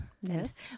Yes